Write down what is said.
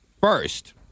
first